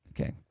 Okay